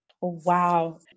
Wow